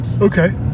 okay